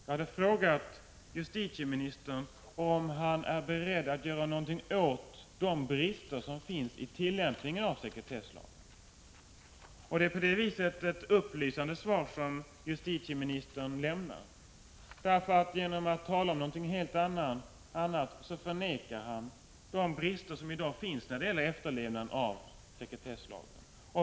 Jag frågade justitieministern om han är beredd att göra någonting åt de brister som finns i tillämpningen av sekretesslagen. Det är på det viset ett upplysande svar som justitieministern lämnar. Genom att tala om något helt annat förnekar han de brister som i dag finns i efterlevnaden av sekretesslagen.